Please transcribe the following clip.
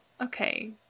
okay